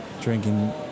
drinking